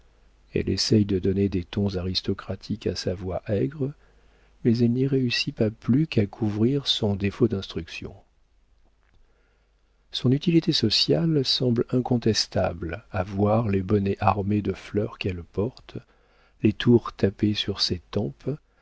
elle essaie de donner des tons aristocratiques à sa voix aigre mais elle n'y réussit pas plus qu'à couvrir son défaut d'instruction son utilité sociale semble incontestable à voir les bonnets armés de fleurs qu'elle porte les tours tapés sur ses tempes